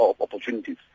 opportunities